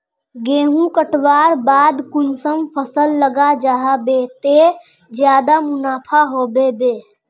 गेंहू कटवार बाद कुंसम फसल लगा जाहा बे ते ज्यादा मुनाफा होबे बे?